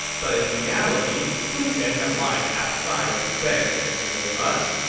but in reality, sun quan had a life outside of liu bei, thank you very much.